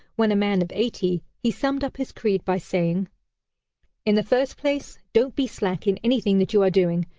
when a man of eighty, he summed up his creed by saying in the first place, don't be slack in anything that you are doing.